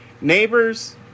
Neighbors